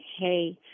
Hey